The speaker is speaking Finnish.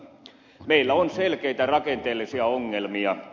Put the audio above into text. meillä on selkeitä rakenteellisia ongelmia